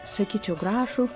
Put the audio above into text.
sakyčiau gražų